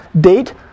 Date